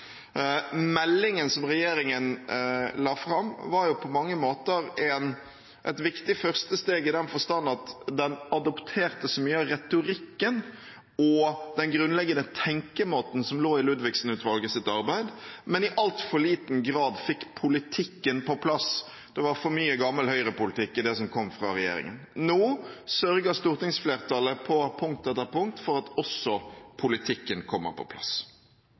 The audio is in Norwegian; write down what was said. Meldingen som regjeringen la fram, var på mange måter et viktig første steg, i den forstand at den adopterte så mye av retorikken og den grunnleggende tenkemåten som lå i Ludvigsen-utvalgets arbeid, men i altfor liten grad fikk politikken på plass. Det var for mye gammel høyrepolitikk i det som kom fra regjeringen. Nå sørger stortingsflertallet på punkt etter punkt for at også politikken kommer på plass.